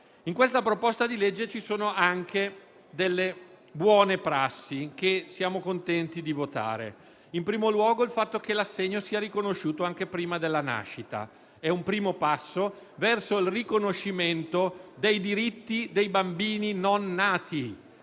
Nel disegno di legge ci sono anche delle buone prassi che siamo contenti di votare: in primo luogo il fatto che l'assegno sia riconosciuto anche prima della nascita. È un primo passo verso il riconoscimento dei diritti dei bambini non nati,